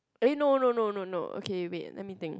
eh no no no no no okay wait let me think